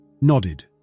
nodded